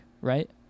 right